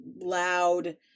loud